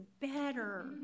better